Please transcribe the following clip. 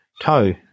toe